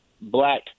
black